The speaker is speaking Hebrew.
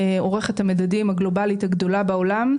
עורכת המדדים הגלובלית הגדולה בעולם,